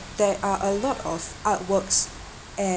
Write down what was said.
there are a lot of artworks and